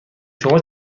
شما